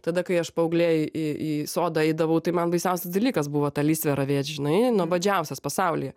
tada kai aš paauglė į į sodą eidavau tai man baisiausias dalykas buvo tą lysvę ravėt žinai nuobodžiausias pasaulyje